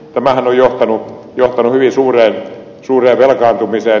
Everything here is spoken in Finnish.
tämähän on johtanut hyvin suureen velkaantumiseen